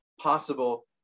possible